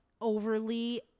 overly